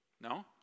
No